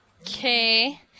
Okay